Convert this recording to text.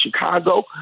chicago